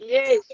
Yes